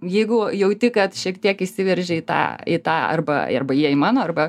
jeigu jauti kad šiek tiek įsiveržė į tą į tą arba arba jie į mano arba